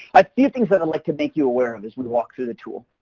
a few things that i'd like to make you aware of as we walk through the tool.